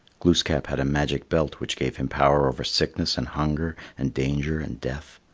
glooskap had a magic belt which gave him power over sickness and hunger and danger and death.